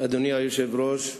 אדוני היושב-ראש,